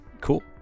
Cool